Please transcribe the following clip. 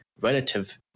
relative